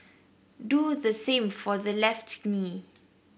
do the same for the left knee